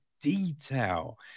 detail